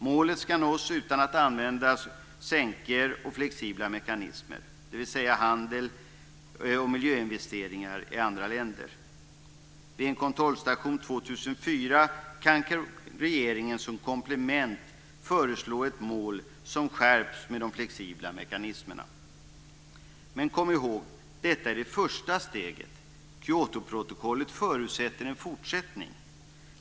Målet ska nås utan att vi ska använda sänkor och flexibla mekanismer, dvs. handel och miljöinvesteringar i andra länder. Vid en kontrollstation år 2004 kan regeringen som komplement föreslå ett mål som skärps med de flexibla mekanismerna. Men kom ihåg: Detta är det första steget. Kyotoprotokollet förutsätter en fortsättning.